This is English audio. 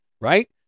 right